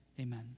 Amen